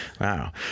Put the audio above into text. Wow